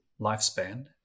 lifespan